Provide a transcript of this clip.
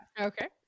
Okay